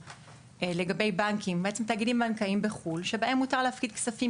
לגבי תאגידים בנקאיים בחו"ל שבהם מותר להפקיד כספים.